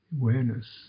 awareness